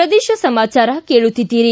ಪ್ರದೇಶ ಸಮಾಚಾರ ಕೇಳುತ್ತಿದ್ದೀರಿ